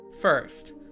first